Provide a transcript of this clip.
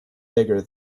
bigger